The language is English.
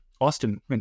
Austin